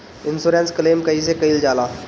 Insurance claim कइसे कइल जा ले?